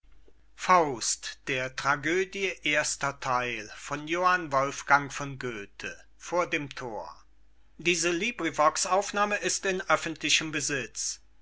sprechen der tragödie